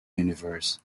universe